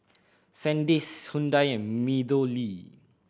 Sandisk Hyundai and MeadowLea